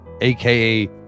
aka